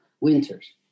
winters